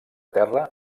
terra